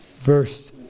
Verse